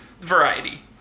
variety